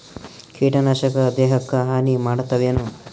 ಕೀಟನಾಶಕ ದೇಹಕ್ಕ ಹಾನಿ ಮಾಡತವೇನು?